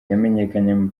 yamenyekanye